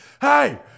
hey